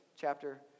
chapter